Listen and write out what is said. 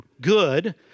Good